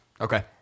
Okay